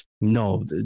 No